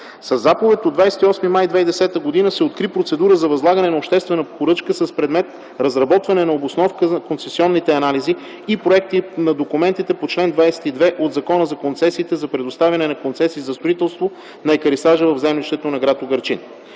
Със заповед от 28 май 2010 г. се откри процедура за възлагане на обществена поръчка с предмет – разработване на обосновка на концесионните анализи и проекти на документите по чл. 22 от Закона за концесиите за предоставяне на концесия за строителство на екарисажа в землището на гр. Угърчин.